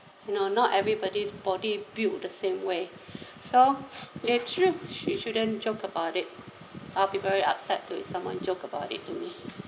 you know not everybody's body built the same way so they should should shouldn't joke about it I'll be very upset too if someone joke about it to me